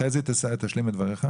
חזי תשלים את דברייך.